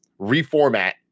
reformat